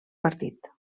partit